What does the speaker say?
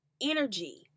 energy